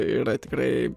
yra tikrai